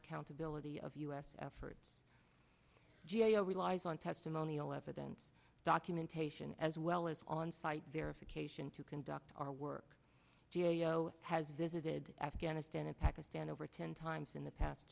accountability of u s efforts g a o relies on testimonial evidence documentation as well as on site verification to conduct our work g a o has visited afghanistan and pakistan over ten times in the past